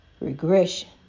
regression